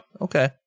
Okay